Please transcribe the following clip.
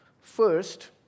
First